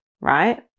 right